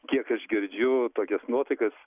kiek aš girdžiu tokias nuotaikas